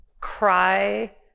cry